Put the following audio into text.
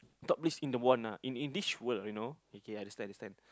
top risk in the one ah in in this world you know okay I understand understand